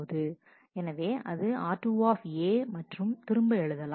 எனவே அது r2 மற்றும் திரும்ப எழுதலாம்